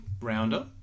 rounder